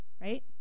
right